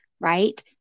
right